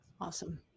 Awesome